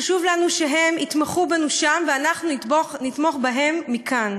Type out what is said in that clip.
חשוב לנו שהם יתמכו בנו שם ואנחנו נתמוך בהם מכאן.